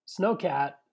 snowcat